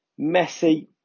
Messi